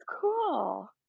cool